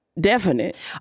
definite